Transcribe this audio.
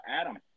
Adam